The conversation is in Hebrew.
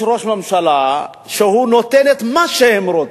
יש ראש ממשלה שנותן את מה שהם רוצים,